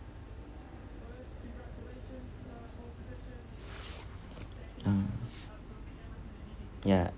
uh ya